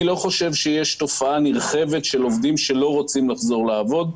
אני לא חושב שיש תופעה נרחבת של עובדים שלא רוצים לחזור לעבוד.